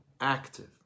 active